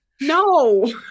no